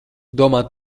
domā